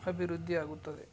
ಅಭಿವೃದ್ಧಿಯಾಗುತ್ತದೆ